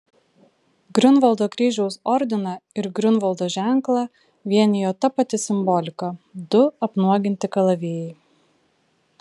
griunvaldo kryžiaus ordiną ir griunvaldo ženklą vienijo ta pati simbolika du apnuoginti kalavijai